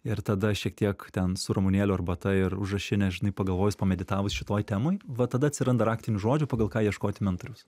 ir tada šiek tiek ten su ramunėlių arbata ir užrašine žinai pagalvojus pameditavus šitoj temoj va tada atsiranda raktinių žodžių pagal ką ieškoti mentoriaus